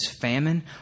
famine